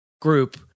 group